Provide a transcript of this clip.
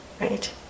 Right